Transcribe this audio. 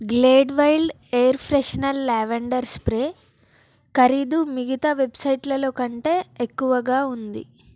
Glade wild air freshener lavender spray ఖరీదు మిగతా వెబ్సైట్లలో కంటే ఎక్కువగా ఉంది